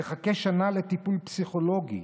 ומחכה שנה לטיפול פסיכולוגי?